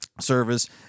service